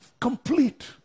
Complete